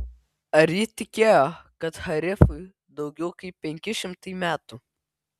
ar ji tikėjo kad harifui daugiau kaip penki šimtai metų